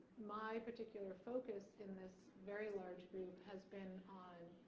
my particular focus in this very large group has been on